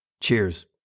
Cheers